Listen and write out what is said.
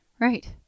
Right